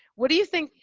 what do you think,